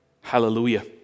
hallelujah